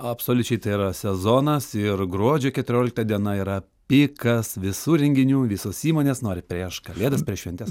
absoliučiai tai yra sezonas ir gruodžio keturiolikta diena yra pikas visų renginių visos įmonės nori prieš kalėdas prieš šventes